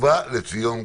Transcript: ובא לציון גואל.